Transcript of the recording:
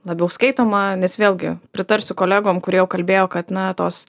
labiau skaitoma nes vėlgi pritarsiu kolegom kurie jau kalbėjo kad na tos